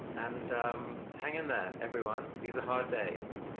and hang in there, everyone. these are hard days.